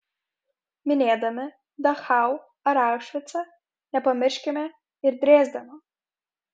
minėdami dachau ar aušvicą nepamirškime ir drezdeno